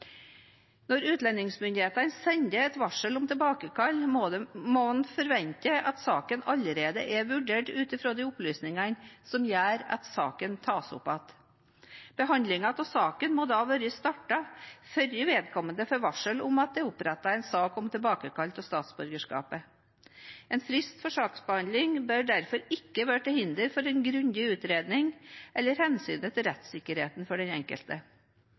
Når utlendingsmyndighetene sender et varsel om tilbakekall, må man forvente at saken allerede er vurdert ut fra de opplysningene som gjør at saken tas opp. Behandlingen av saken må da være startet før vedkommende får varsel om at det er opprettet en sak om tilbakekall av statsborgerskapet. En frist for saksbehandling bør derfor ikke være til hinder for en grundig utredning eller hensynet til rettssikkerheten for den enkelte.